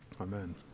Amen